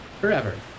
forever